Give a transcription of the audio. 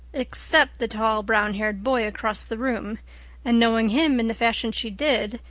except the tall, brown-haired boy across the room and knowing him in the fashion she did,